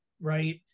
right